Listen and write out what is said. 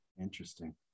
Interesting